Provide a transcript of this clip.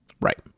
right